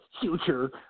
Future